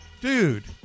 Dude